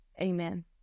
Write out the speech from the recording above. amen